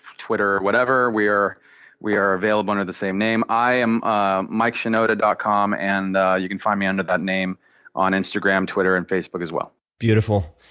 twitter, whatever we're we're available under the same name. i am mickshinoda dot com and you can find me under that name on instagram, twitter, and facebook as well. beautiful.